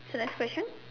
so next question